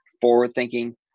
forward-thinking